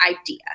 idea